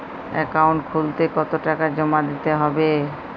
Account খুলতে কতো টাকা জমা দিতে হবে?